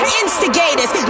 instigators